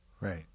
right